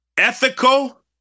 Ethical